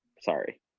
Sorry